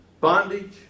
bondage